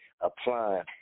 applying